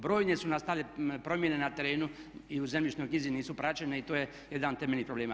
Brojne su nastale promjene na terenu i u zemljišnoj knjizi nisu praćene i to je jedan od temeljnih problema.